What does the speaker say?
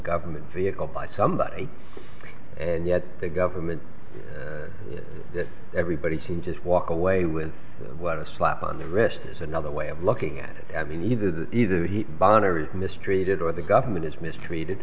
government vehicle by somebody and yet the government that everybody seemed just walk away with what a slap on the wrist is another way of looking at it i mean either that either he binary mistreated or the government is mistreated